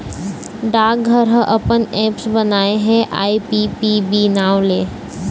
डाकघर ह अपन ऐप्स बनाए हे आई.पी.पी.बी नांव ले